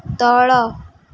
ତଳ